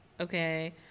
Okay